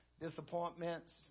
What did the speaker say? disappointments